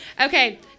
Okay